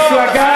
מפלגת